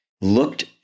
looked